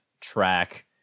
track